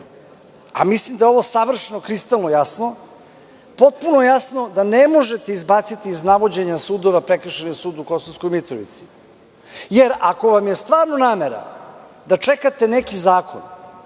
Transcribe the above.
a mislim da je ovo kristalno jasno, potpuno je jasno da nemožete izbaciti iz navođenja sudova Prekršajni sud u Kosovskoj Mitrovici, jer ako vam je stvarno namera da čekate neki zakon,